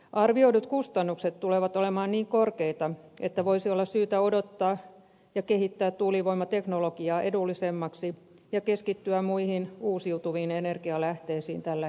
arvioidut kustannukset tulevat olemaan niin korkeita että voisi olla syytä odottaa ja kehittää tuulivoimateknologiaa edullisemmaksi ja keskittyä muihin uusiutuviin energialähteisiin tällä hetkellä